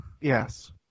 Yes